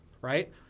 right